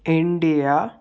India